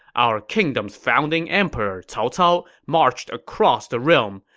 our kingdom's founding emperor cao cao marched across the realm.